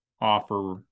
offer